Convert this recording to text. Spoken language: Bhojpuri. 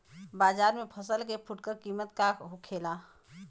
बाजार में फसल के फुटकर कीमत का होखेला?